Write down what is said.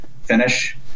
finish